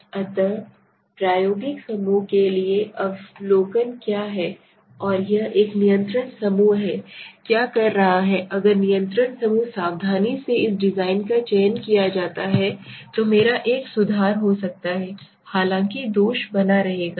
अतः प्रायोगिक समूह के लिए अवलोकन क्या है और एक नियंत्रण समूह है क्या कह रहा है अगर नियंत्रण समूह सावधानी से इस डिजाइन का चयन किया जाता है तो मेरा एक सुधार हो सकता है हालांकि दोष बना रहेगा